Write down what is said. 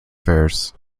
fairs